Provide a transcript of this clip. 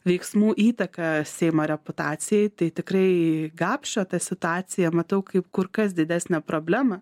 veiksmų įtaką seimo reputacijai tai tikrai gapšio tą situaciją matau kaip kur kas didesnę problemą